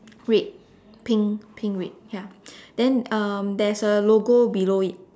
red pink pink red ya then um there's a logo below it